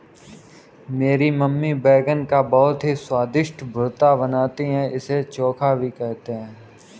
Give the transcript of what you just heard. मेरी मम्मी बैगन का बहुत ही स्वादिष्ट भुर्ता बनाती है इसे चोखा भी कहते हैं